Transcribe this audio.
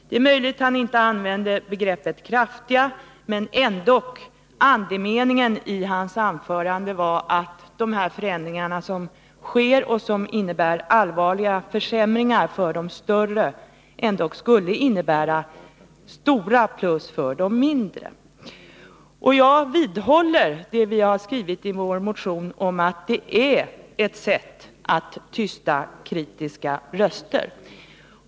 Det är möjligt att han inte använde uttrycket kraftiga, men andemeningen i hans anförande var ändå att de förändringar som sker och som innebär allvarliga försämringar för de större skulle innebära stora fördelar för de mindre. Jag vidhåller vad vi har skrivit i vår motion om att detta är ett sätt att tysta kritiska röster.